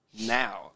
now